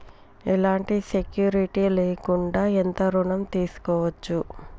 ఎలాంటి సెక్యూరిటీ లేకుండా ఎంత ఋణం తీసుకోవచ్చు?